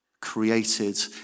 Created